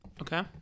Okay